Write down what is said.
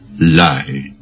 lie